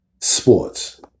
sports